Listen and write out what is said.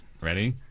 Ready